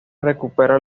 recupera